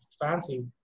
fancy